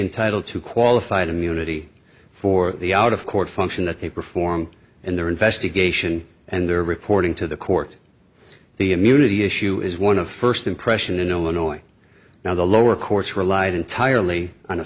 entitled to qualified immunity for the out of court function that they perform in their investigation and they're reporting to the court the immunity issue is one of first impression in illinois now the lower courts relied entirely on a